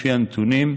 לפי הנתונים,